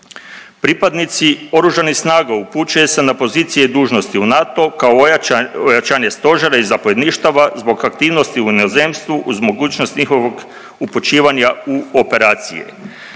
Pripadnici oružanih snaga upućuju se na pozicije i dužnosti u NATO kao ojačanje stožera i zapovjedništava zbog aktivnosti u inozemstvu uz mogućnost njihovog upućivanja u operacije.